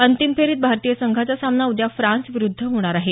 अंतिम फेरीत भारतीय संघाचा सामना उद्या फ्रान्स विरुद्ध होणार आहे